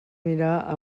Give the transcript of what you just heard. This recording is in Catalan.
mirar